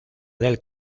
del